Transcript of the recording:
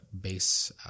base